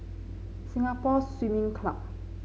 Singapore Swimming Club